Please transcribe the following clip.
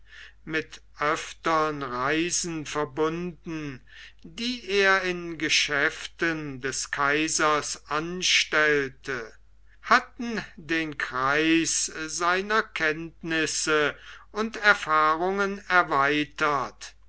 mit öftern reisen verbunden die er in geschäften des kaisers anstellte hatten den kreis seiner kenntnisse und erfahrungen erweitert